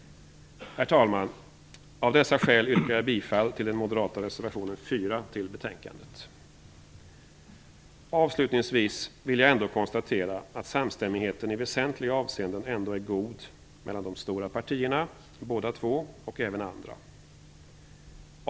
Herr talman! Av dessa skäl yrkar jag bifall till den moderata reservationen 4 som är fogad till betänkandet. Avslutningsvis vill jag ändå konstatera att samstämmigheten i väsentliga avseenden ändå är god mellan de två stora partierna och även andra.